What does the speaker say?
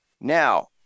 Now